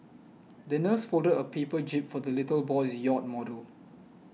the nurse folded a paper jib for the little boy's yacht model